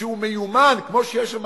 שהוא מיומן, כמו שיש שם